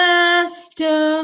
Master